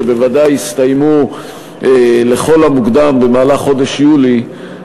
שבוודאי יסתיימו לכל המוקדם במהלך חודש יולי,